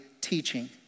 teaching